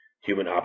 human